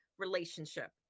relationship